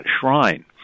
shrine